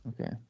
Okay